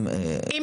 אני